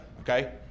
okay